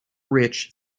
rich